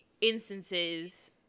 instances